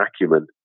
acumen